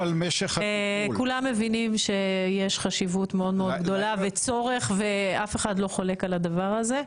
כולם מבינים שיש חשיבות מאוד גדולה וצורך ואף אחד לא חולק על הדבר הזה.